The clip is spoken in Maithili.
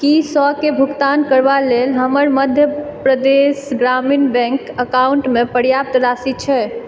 की सएके भुगतान करबा लेल हमर मध्य प्रदेश ग्रामीण बैंक अकाउंटमे पर्याप्त राशि छै